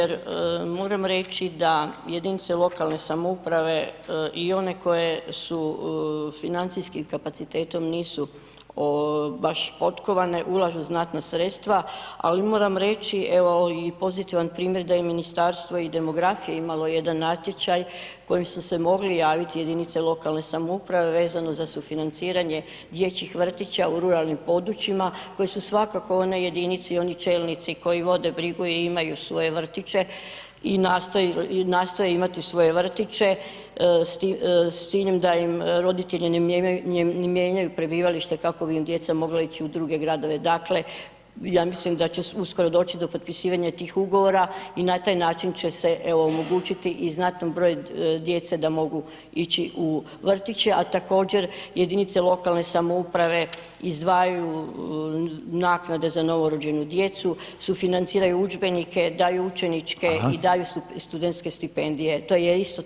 U pravu ste ... jer moram reći da jedinice lokalne samouprave i one koje su, financijski kapacitetom nisu baš potkovane, ulažu znatna sredstva, ali moram reći, evo i pozitivan primjer da je Ministarstvo i demografije imalo jedan natječaj kojim su se mogli javiti jedinice lokalne samouprave vezano za sufinanciranje dječjih vrtića u ruralnim područjima, koji su svakako one jedinice i oni čelnici koji vode brigu i imaju svoje vrtiće, i nastoje imati svoje vrtiće, s ciljem da im roditelji ne mijenjaju prebivalište kako bi im djeca mogla ići u druge gradove, dakle ja mislim da će uskoro doći do potpisivanja tih ugovora i na taj način će se evo omogućiti i znatnom broju djece da mogu ići u vrtiće, a također jedinice lokalne samouprave izdvajaju naknade za novo rođenu djecu, sufinanciraju udžbenike, daju učeničke i daju studentske stipendije, to je isto također demografske mjere.